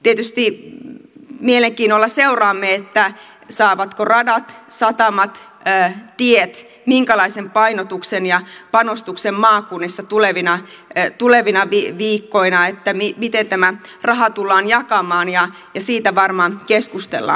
tietysti mielenkiinnolla seuraamme saavatko radat satamat tiet minkälaisen painotuksen ja panostuksen maakunnissa tulevina viikkoina ja miten tämä raha tullaan jakamaan ja siitä varmaan keskustellaan paljon